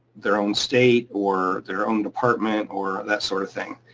their own state or their own department or that sort of thing.